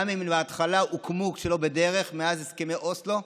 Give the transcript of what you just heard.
גם אם הם בהתחלה הוקמו שלא בדרך, מאז הסכמי אוסלו,